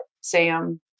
Sam